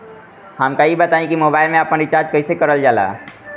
हमका ई बताई कि मोबाईल में आपन रिचार्ज कईसे करल जाला?